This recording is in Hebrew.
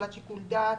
הפעלת שיקול דעת,